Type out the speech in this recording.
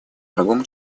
врагом